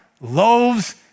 loaves